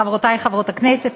חברותי חברות הכנסת,